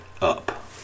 up